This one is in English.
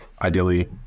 ideally